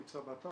זה נמצא באתר